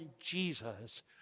Jesus